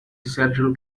central